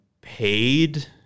paid